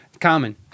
Common